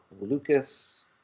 Lucas